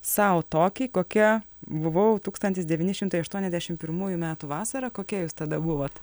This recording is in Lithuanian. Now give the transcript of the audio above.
sau tokiai kokia buvau tūkstantis devyni šimtai aštuoniasdešim pirmųjų metų vasarą kokia jūs tada buvot